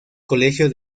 colegio